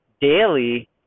daily